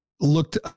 Looked